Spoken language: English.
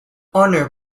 honoured